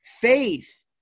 faith